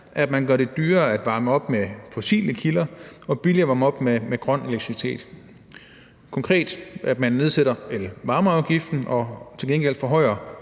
at man gør det dyrere at varme op med fossile kilder og billigere at varme op med grøn elektricitet. Konkret nedsætter man elvarmeafgiften, og til gengæld forhøjer